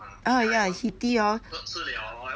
ah ya heaty orh